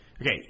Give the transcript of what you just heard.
Okay